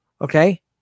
Okay